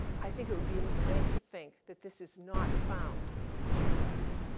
i think it would be a mistake to think that this is not found in the west.